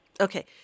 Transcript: Okay